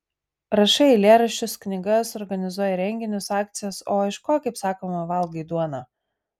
rašai eilėraščius knygas organizuoji renginius akcijas o iš ko kaip sakoma valgai duoną